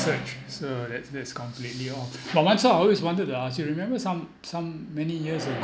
research so that's that's completely off but once I always wanted to ask you remember some some many years ago